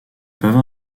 peuvent